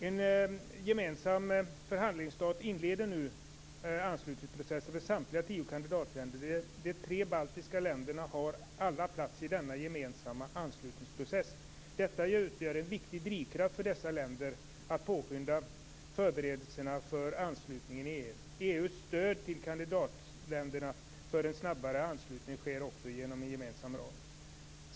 En gemensam förhandlingsstart inleder nu anslutningsprocessen för samtliga tio kandidatländer. Alla tre baltiska länder har plats i denna gemensamma anslutningsprocess. Detta utgör en viktig drivkraft för dessa länder att påskynda förberedelserna för anslutningen till EU. EU:s stöd till kandidatländerna för en snabbare anslutning sker också genom en gemensam ram.